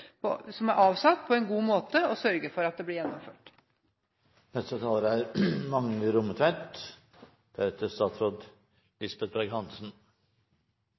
midler som er avsatt, på en god måte, og sørge for at det blir